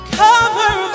cover